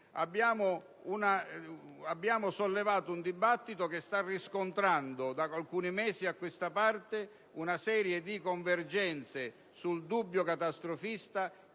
Abbiamo sollevato un dibattito che sta riscontrando, da alcuni mesi a questa parte, una serie di convergenze sul dubbio relativo